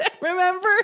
Remember